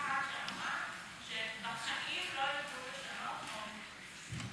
אחת שאמרה שבחיים לא יוכלו לשנות חוק של כנסת.